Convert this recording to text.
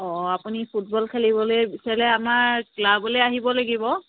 অ আপুনি ফুটবল খেলিবলৈ বিচাৰিলে আমাৰ ক্লাবলৈ আহিব লাগিব